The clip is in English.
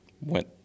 went